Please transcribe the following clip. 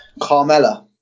Carmella